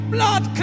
Blood